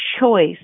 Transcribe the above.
choice